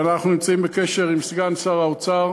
ואנחנו נמצאים בקשר עם סגן שר האוצר